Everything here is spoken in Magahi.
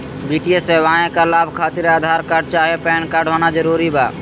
वित्तीय सेवाएं का लाभ खातिर आधार कार्ड चाहे पैन कार्ड होना जरूरी बा?